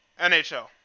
NHL